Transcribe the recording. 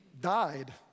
died